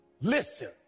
Listen